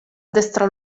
destra